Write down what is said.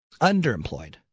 Underemployed